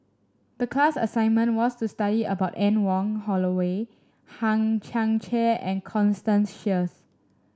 the class assignment was to study about Anne Wong Holloway Hang Chang Chieh and Constance Sheares